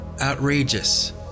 Outrageous